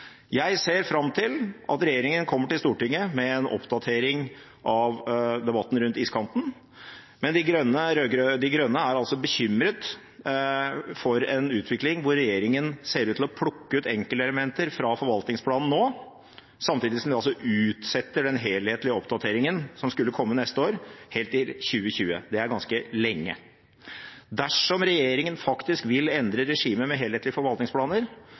Jeg ser fram til at regjeringen kommer til Stortinget med en oppdatering av debatten rundt iskanten, men Miljøpartiet De Grønne er bekymret for en utvikling der regjeringen ser ut til å plukke ut enkeltelementer fra forvaltningsplanen nå, samtidig som de altså utsetter den helhetlige oppdateringen som skulle komme neste år, helt til 2020. Det er ganske lenge. Dersom regjeringen faktisk vil endre regimet med helhetlige forvaltningsplaner,